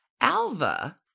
Alva